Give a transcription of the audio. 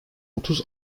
otuz